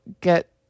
get